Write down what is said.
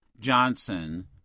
Johnson